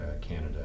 Canada